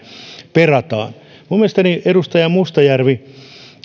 perataan mielestäni edustaja mustajärvi